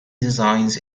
designs